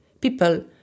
people